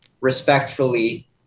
respectfully